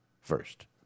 first